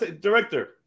director